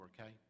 Okay